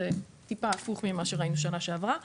טיפה הפוך ממה שראינו שנה שעברה,